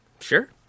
Sure